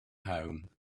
home